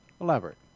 Elaborate